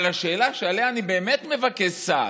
אבל השאלה שעליה אני באמת מבקש סעד,